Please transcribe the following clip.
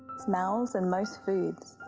smells, and most foods.